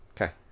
Okay